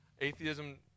atheism